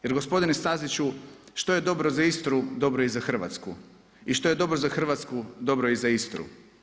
Jer gospodine Staziću što je dobro za Istru, dobro je i za Hrvatsku i što je dobro za Hrvatsku dobro je i za Istru.